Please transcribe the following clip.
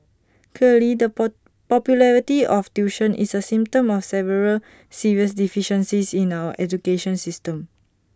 clearly the poor popularity of tuition is A symptom of several serious deficiencies in our education system